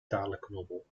talenknobbel